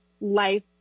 life